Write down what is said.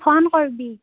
phone কৰিবি